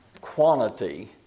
quantity